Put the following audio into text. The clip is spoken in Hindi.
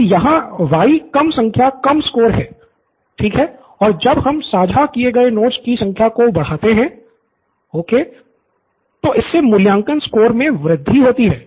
तो यहां वाई किए गए नोट्स कि संख्या को बढ़ाते हैं नितिन ओके प्रो बाला तो इससे मूल्यांकन स्कोर में वृद्धि होती है